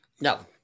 No